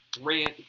rant